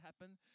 happen